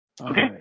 Okay